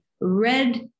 red